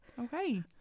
okay